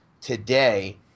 today